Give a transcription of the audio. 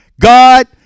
God